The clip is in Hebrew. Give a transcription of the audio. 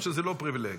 או שזה לא פריבילג,